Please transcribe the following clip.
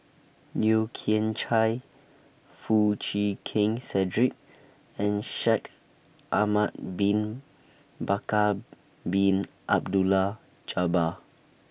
Yeo Kian Chye Foo Chee Keng Cedric and Shaikh Ahmad Bin Bakar Bin Abdullah Jabbar